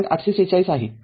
८४६ आहे